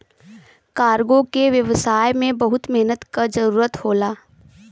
cargo के व्यवसाय में बहुत मेहनत क जरुरत होला